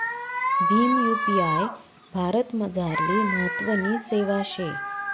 Bhim UPI भारतमझारली महत्वनी सेवा शे